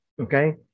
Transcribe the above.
Okay